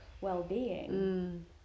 well-being